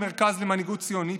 המרכז למנהיגות ציונית",